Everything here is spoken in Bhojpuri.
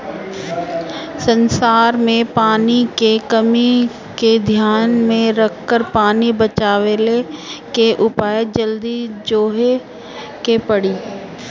संसार में पानी के कमी के ध्यान में रखकर पानी बचवले के उपाय जल्दी जोहे के पड़ी